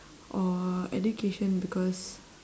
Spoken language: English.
or education because